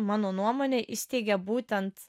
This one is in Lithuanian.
mano nuomone įsteigė būtent